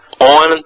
on